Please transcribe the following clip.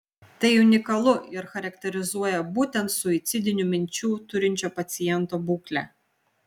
tai unikalu ir charakterizuoja būtent suicidinių minčių turinčio paciento būklę